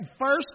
first